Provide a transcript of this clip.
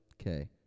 Okay